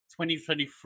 2023